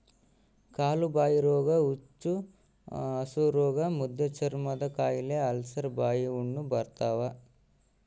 ಕಾಲುಬಾಯಿರೋಗ ಹುಚ್ಚುಹಸುರೋಗ ಮುದ್ದೆಚರ್ಮದಕಾಯಿಲೆ ಅಲ್ಸರ್ ಬಾಯಿಹುಣ್ಣು ಬರ್ತಾವ